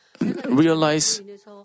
realize